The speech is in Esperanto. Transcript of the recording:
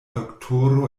doktoro